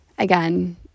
Again